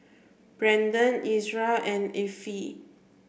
Branden Ezra and Affie